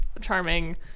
charming